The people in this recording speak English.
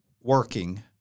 working